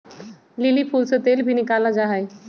lily फूल से तेल भी निकाला जाहई